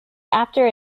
after